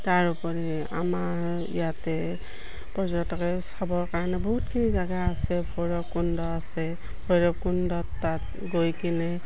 তাৰোপৰি আমাৰ ইয়াতে পৰ্যটকে চাবৰ কাৰণে বহুতখিনি জেগা আছে ভৈৰৱকুণ্ড আছে ভৈৰৱকুণ্ডত তাত গৈ কিনে